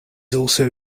also